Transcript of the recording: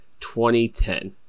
2010